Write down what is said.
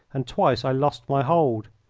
and twice i lost my hold.